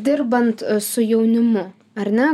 dirbant su jaunimu ar ne